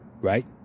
Right